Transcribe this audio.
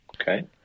Okay